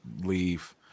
leave